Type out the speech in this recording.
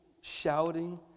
shouting